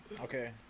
Okay